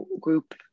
group